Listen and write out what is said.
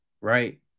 right